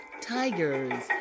tigers